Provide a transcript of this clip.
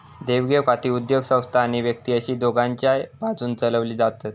देवघेव खाती उद्योगसंस्था आणि व्यक्ती अशी दोघांच्याय बाजून चलवली जातत